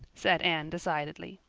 said anne decidedly.